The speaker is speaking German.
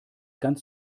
ganz